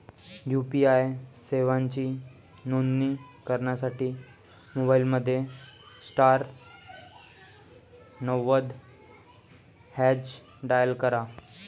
UPI सेवांची नोंदणी करण्यासाठी मोबाईलमध्ये स्टार नव्वद हॅच डायल करा